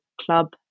club